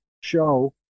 show